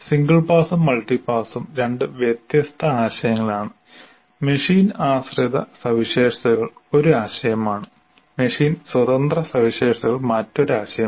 single പാസും multi പാസും രണ്ട് വ്യത്യസ്ത ആശയങ്ങളാണ് മെഷീൻ ആശ്രിത സവിശേഷതകൾ ഒരു ആശയമാണ് മെഷീൻ സ്വതന്ത്ര സവിശേഷതകൾ മറ്റൊരു ആശയമാണ്